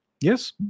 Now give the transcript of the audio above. yes